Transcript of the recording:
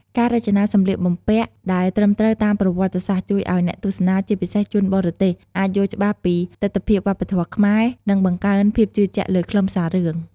ការរចនាសម្លៀកបំពាក់ដែលត្រឹមត្រូវតាមប្រវត្តិសាស្ត្រ ជួយឱ្យអ្នកទស្សនា ជាពិសេសជនបរទេស អាចយល់ច្បាស់ពីទិដ្ឋភាពវប្បធម៌ខ្មែរ និងបង្កើនភាពជឿជាក់លើខ្លឹមសាររឿង ។